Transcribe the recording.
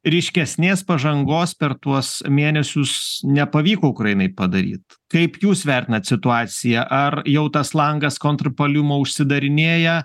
ryškesnės pažangos per tuos mėnesius nepavyko ukrainai padaryt kaip jūs vertinat situaciją ar jau tas langas kontrpuolimo užsidarinėja